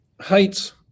Heights